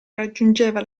raggiungeva